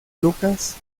lucas